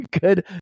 good